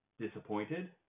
disappointed